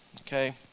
okay